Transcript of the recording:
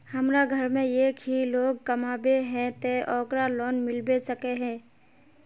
हमरा घर में एक ही लोग कमाबै है ते ओकरा लोन मिलबे सके है?